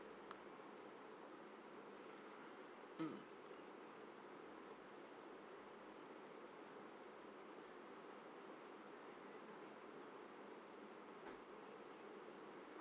mm